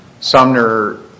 Sumner